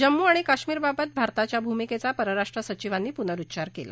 जम्मू आणि काश्मिरबाबत भारताच्या भूमिकेचा परराष्ट्र सचिवांनी पुनरुच्चार केला